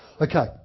okay